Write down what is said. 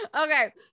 Okay